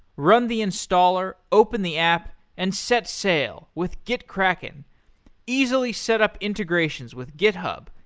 run the installer, open the app, and set sail with gitkraken. easily setup integrations with github,